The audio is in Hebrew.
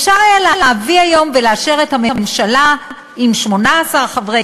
אפשר היה להביא היום ולאשר את הממשלה עם 18 חברים,